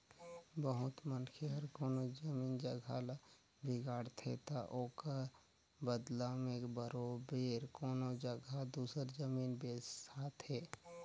बहुत मनखे हर कोनो जमीन जगहा ल बिगाड़थे ता ओकर बलदा में बरोबेर कोनो जगहा दूसर जमीन बेसाथे